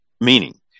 meaning